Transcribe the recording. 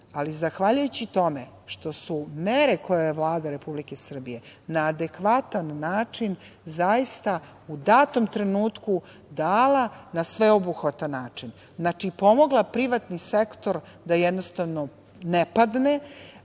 Zahvaljujući tome što su mere koje je Vlada Republike Srbije na adekvatan način zaista u datom trenutku dala na sveobuhvatan način. Znači, pomogla privatni sektor da jednostavno ne padne.